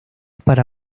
para